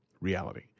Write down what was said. reality